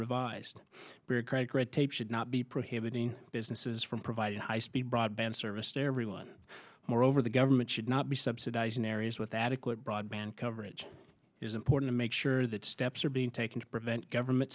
revised bureaucratic red tape should not be prohibiting businesses from providing high speed broadband service to everyone moreover the government should not be subsidizing areas with adequate broadband coverage is important to make sure that steps are being taken to prevent government